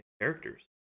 characters